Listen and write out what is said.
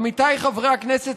עמיתיי חברי הכנסת,